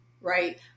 right